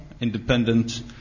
independent